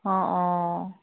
অঁ অঁ